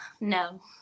No